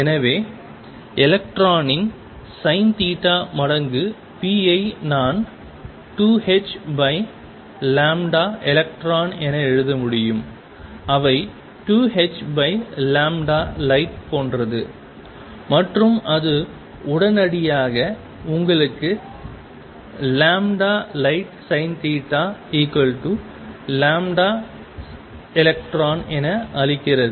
எனவே எலக்ட்ரானின் sinθ மடங்கு p ஐ நான் 2helectronஎன எழுத முடியும் அவை 2hlight போன்றது மற்றும் அது உடனடியாக உங்களுக்கு lightsinθ electron என அளிக்கிறது